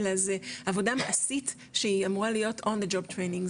אלא זה עבודה מעשית שהיא אמורה להיות on a job training,